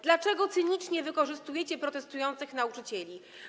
Dlaczego cynicznie wykorzystujecie protestujących nauczycieli?